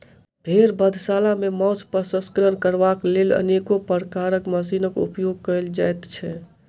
भेंड़ बधशाला मे मौंस प्रसंस्करण करबाक लेल अनेको प्रकारक मशीनक उपयोग कयल जाइत छै